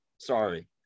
sorry